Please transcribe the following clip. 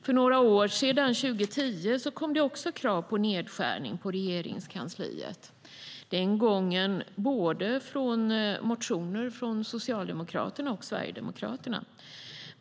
För några år sedan, 2010, kom det också krav på en nedskärning på Regeringskansliet, den gången genom motioner från både Socialdemokraterna och Sverigedemokraterna.